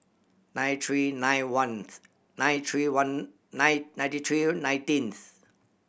nine three nine ones nine three one nine ninety three nineteenth